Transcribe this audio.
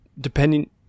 depending